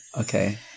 Okay